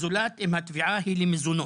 זולת אם התביעה היא למזונות.